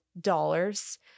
dollars